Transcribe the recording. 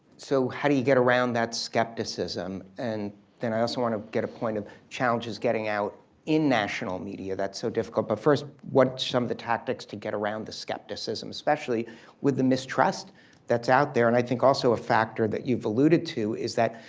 so how do you get around that skepticism and then i also want to get a point of challenges getting out in national media, that's so difficult, but first what some of the tactics to get around the skepticism, especially with the mistrust that's out there, and i think also a factor that you've alluded to is that,